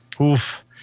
Oof